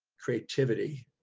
creativity